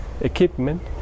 equipment